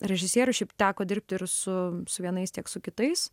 režisieriui šiaip teko dirbt ir su vienais tiek su kitais